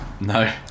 no